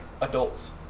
adults